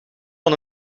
van